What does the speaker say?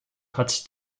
hat